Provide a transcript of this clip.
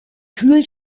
kühl